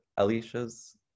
Alicia's